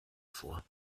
vor